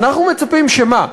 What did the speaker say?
אנחנו מצפים שמה?